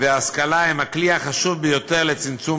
וההשכלה הם הכלי החשוב ביותר לצמצום